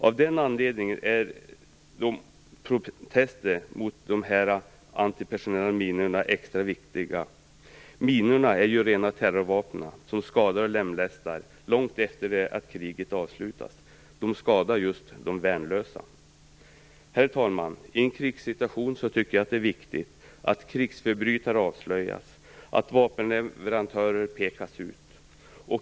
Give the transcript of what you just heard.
Av den anledningen är protesterna mot de antipersonella minorna extra viktiga. Dessa minor är rena terrorvapen, som skadar och lemlästar långt efter det att kriget avslutats. De skadar just de värnlösa. Herr talman! I en krigssituation tycker jag det är viktigt att krigsförbrytare avslöjas och att vapenleverantörer pekas ut.